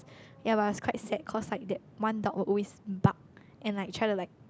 ya but it was quite sad cause like that one dog will always bark and like try to like